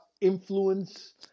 influence